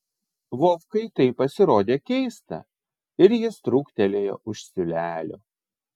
vovkai tai pasirodė keista ir jis trūktelėjo už siūlelio